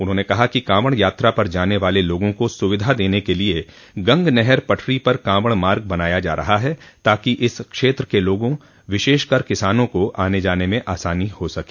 उन्होंने कहा कि कांवड़ यात्रा पर जाने वाले लोगों को स्विधा देने के लिए गंग नहर पटरी पर कांवड़ मार्ग बनाया जा रहा है ताकि इस क्षेत्र के लोगों विशेषकर किसानों को आने जाने में आसानी हो सके